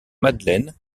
madeleine